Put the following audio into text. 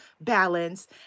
balance